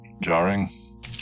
jarring